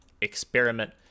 experiment